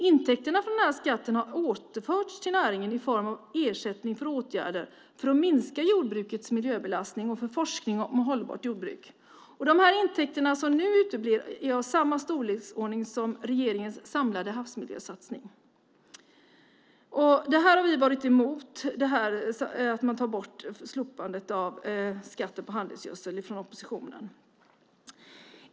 Intäkterna från skatten har återförts till näringen i form av ersättning för åtgärder för att minska jordbrukets miljöbelastning och för forskning om hållbart jordbruk. De intäkter som nu uteblir är av samma storleksordning som regeringens samlade havsmiljösatsning. Vi från oppositionen har varit emot att man slopat skatten på handelsgödsel.